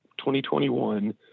2021